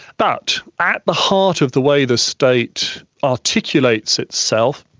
but at the heart of the way the state articulates itself,